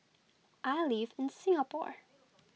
I live in Singapore